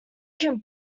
can